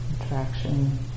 attraction